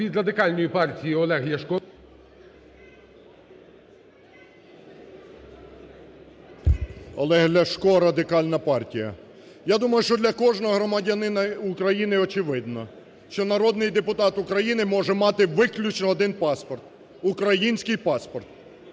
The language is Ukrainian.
Від Радикальної партії Олег Ляшко. 11:09:55 ЛЯШКО О.В. Олег Ляшко, Радикальна партія. Я думаю, що для кожного громадянина України очевидно, що народний депутат України може мати виключно один паспорт – український паспорт.